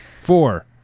Four